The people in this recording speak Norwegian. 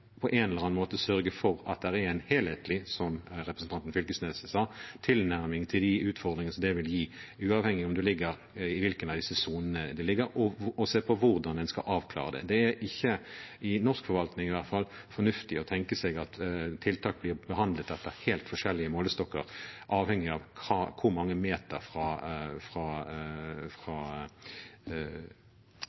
på en eller annen måte sørge for, som representanten Knag Fylkesnes sa, at det er en helhetlig tilnærming til de utfordringene det vil gi, uavhengig av hvilken av disse sonene det ligger i, og se på hvordan en skal avklare det. Det er ikke – i norsk forvaltning i hvert fall – fornuftig å tenke seg at tiltak blir behandlet etter helt forskjellige målestokker avhengig av hvor mange meter fra